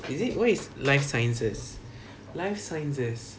is it what is life sciences life sciences